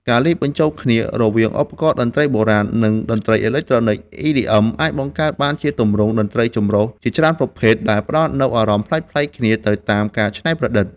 ការលាយបញ្ចូលគ្នារវាងឧបករណ៍តន្ត្រីបុរាណ និងតន្ត្រីអេឡិចត្រូនិក EDM អាចបង្កើតបានជាទម្រង់តន្ត្រីចម្រុះជាច្រើនប្រភេទ ដែលផ្តល់នូវអារម្មណ៍ប្លែកៗគ្នាទៅតាមការច្នៃប្រឌិត។